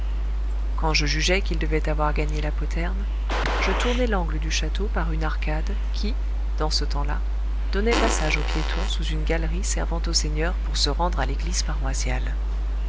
quand je jugeai qu'ils devaient avoir gagné la poterne je tournai l'angle du château par une arcade qui dans ce temps-là donnait passage aux piétons sous une galerie servant aux seigneurs pour se rendre à l'église paroissiale